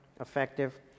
effective